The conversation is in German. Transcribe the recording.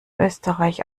österreich